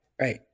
right